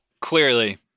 clearly